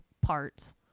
parts